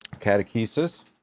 catechesis